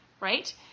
right